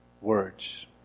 words